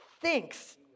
Thinks